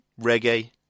reggae